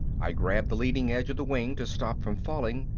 i grabbed the leading edge of the wing to stop from falling.